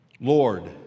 Lord